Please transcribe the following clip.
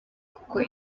kuko